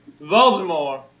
Voldemort